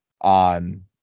on